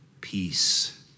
peace